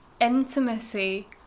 intimacy